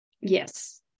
yes